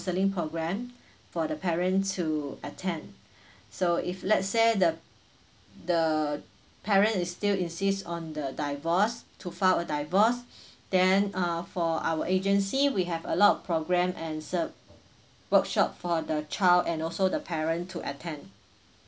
selling program for the parents to attend so if let's say the the parent is still insist on the divorce to file a divorce then err for our agency we have a lot program and se~ workshop for the child and also the parent to attend